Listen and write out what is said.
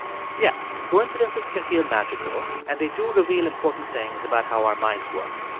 yes, coincidences can feel magical. and they do reveal important things about how our minds work.